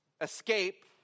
escape